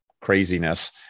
craziness